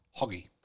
Hoggy